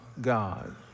God